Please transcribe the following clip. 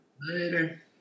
Later